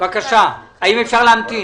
האם אפשר להמתין?